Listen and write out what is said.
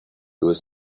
was